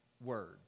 words